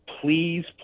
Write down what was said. please